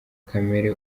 kamere